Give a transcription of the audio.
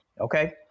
Okay